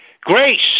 Grace